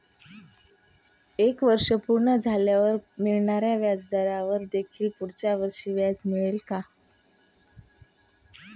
एक वर्ष पूर्ण झाल्यावर मिळणाऱ्या व्याजावर देखील पुढच्या वर्षी व्याज मिळेल का?